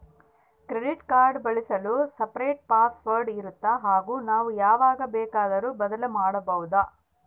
Credit card ಬಳಸಲು separate password ಇರುತ್ತಾ ಹಾಗೂ ನಾವು ಯಾವಾಗ ಬೇಕಾದರೂ ಬದಲಿ ಮಾಡಬಹುದಾ?